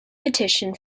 petition